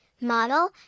model